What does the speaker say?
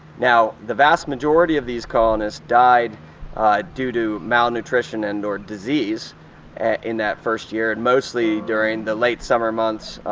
now, the vast majority of these colonists died due to malnutrition and or disease in that first year, and mostly during the late summer months,